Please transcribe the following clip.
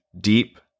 deep